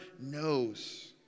knows